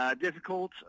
difficult